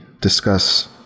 discuss